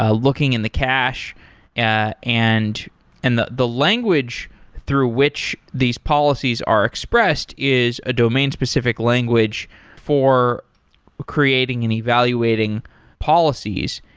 ah looking in the cache ah and and the the language through which these policies are expressed is a domain specific language for creating and evaluating policies.